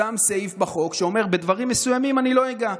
הוא שם סעיף בחוק שאומר: בדברים מסוימים אני לא אגע,